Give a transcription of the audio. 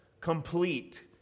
complete